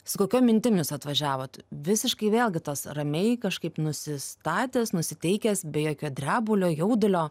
su kokiom mintim jūs atvažiavot visiškai vėlgi tas ramiai kažkaip nusistatęs nusiteikęs be jokio drebulio jaudulio